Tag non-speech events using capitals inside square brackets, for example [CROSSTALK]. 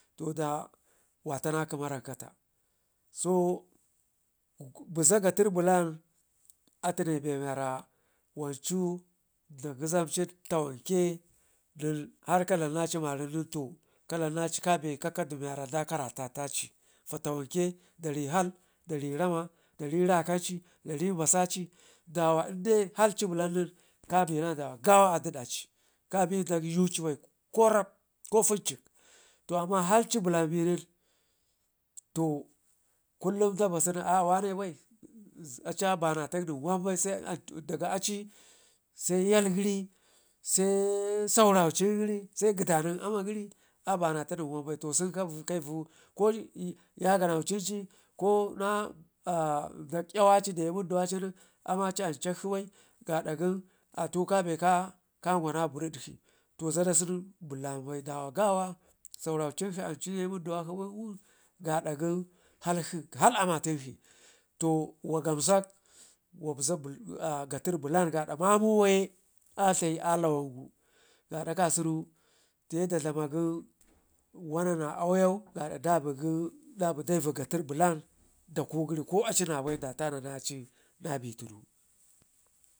to da watana gəma rankata so buza gatərbu blan atine be mewara wancu da ngizamcin ta wanke nen har ka dlamnaci marin nen to ka dlamnaci kabe kakkaɗi mi wara da karantataci, fatawanke dari hal dari ramma dari rakanci darin basaci dawo inde halci blan nen kabena dawagawa adiɗaci kaben daƙ yuci bai ko rab ko funcikko, to amman halci blan benen kullum dan basu nen aa wane bai aci abanata nen wambai se daga aci se yal gəri se sauraucin gəri se gdanu amma gəri abanata nen, wambai to sen kavu ko yagan aucinci kona [HESITATION] dak yawaci munduci nen amma ci ancakshi bai atu kabe kangwana bəridkshi to zada sunu bulan bai daa gawa sauraucinkshi ancinye mundu kwakshi baiwun gaada gən halkshi hal amma tinkshi, to wa gamsak wabza [HESITATION] ga tər blan gaada mamuwa ye a dlayi a lawangu gaada kasunu teye da dlama gən wana na awayau gaada dabe gən dabe davi gatər blan dakugəri ko aci nabai da tananaci nabe tunnu.